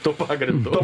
tuo pagrindu